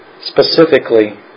specifically